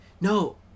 no